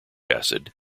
acid